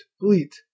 bleat